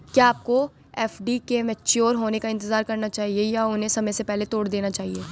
क्या आपको एफ.डी के मैच्योर होने का इंतज़ार करना चाहिए या उन्हें समय से पहले तोड़ देना चाहिए?